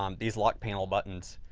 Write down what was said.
um these locked panel buttons